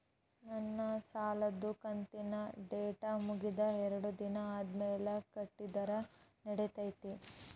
ನನ್ನ ಸಾಲದು ಕಂತಿನ ಡೇಟ್ ಮುಗಿದ ಎರಡು ದಿನ ಆದ್ಮೇಲೆ ಕಟ್ಟಿದರ ನಡಿತೈತಿ?